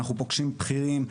אנחנו פוגשים בכירים.